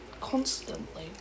constantly